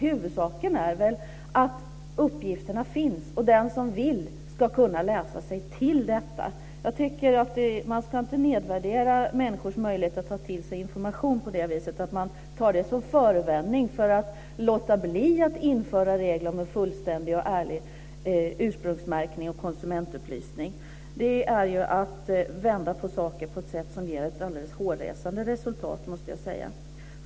Huvudsaken är väl att uppgifterna finns så att den som vill kan läsa sig till detta. Jag tycker att man inte ska nedvärdera människors möjligheter att ta till sig information och ta det som förevändning för att låta bli att införa regler om en fullständig och ärlig ursprungsmärkning och konsumentupplysning. Det är att vända på saken på ett sätt som ger ett alldeles hårresande resultat måste jag säga.